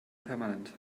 permanent